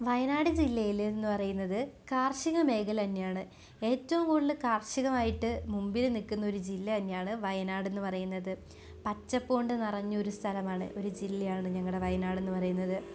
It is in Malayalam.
വയനാട് ജില്ലയിലെന്ന് പറയുന്നത് കാർഷിക മേഖല തന്നെയാണ് ഏറ്റവും കൂടുതൽ കാർഷികമായിട്ട് മുൻപിൽ നിൽക്കുന്ന ഒരു ജില്ല തന്നെയാണ് വയനാട് എന്നുപറയുന്നത് പച്ചപ്പുകൊണ്ട് നിറഞ്ഞ ഒരു സ്ഥലമാണ് ഒരു ജില്ലയാണ് ഞങ്ങളുടെ വായനാടെന്ന് പറയുന്നത്